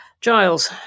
Giles